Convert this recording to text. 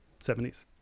70s